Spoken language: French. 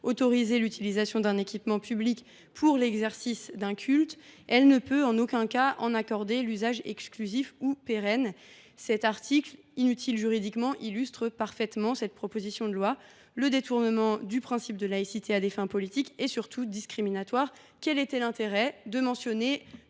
autoriser l’utilisation d’un équipement public pour l’exercice d’un culte, elle ne peut en aucun cas en accorder l’usage exclusif ou pérenne. Cet article, inutile juridiquement, est très révélateur de l’esprit de cette proposition de loi : il s’agit de détourner le principe de laïcité à des fins politiques et surtout discriminatoires. Quel était l’intérêt d’inscrire